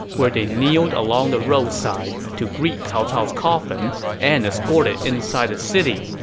where they kneeled along the roadside to greet cao cao's coffin and escort it inside the city,